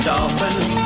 Dolphins